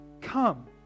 come